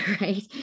Right